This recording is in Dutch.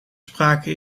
sprake